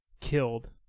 killed